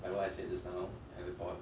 like what I said just now teleport